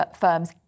firms